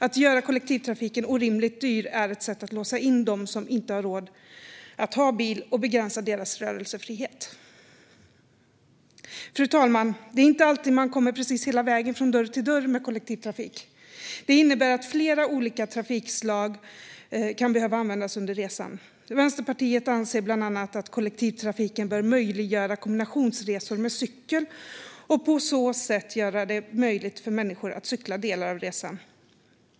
Att göra kollektivtrafiken orimligt dyr är ett sätt att låsa in dem som inte har råd att ha bil och begränsa deras rörelsefrihet. Fru talman! Det är inte alltid man kommer precis hela vägen från dörr till dörr med kollektivtrafik. Det innebär att flera olika trafikslag kan behöva användas under resan. Vänsterpartiet anser bland annat att kollektivtrafiken bör möjliggöra kombinationsresor med cykel och på så sätt göra det möjligt för människor att cykla delar av resan.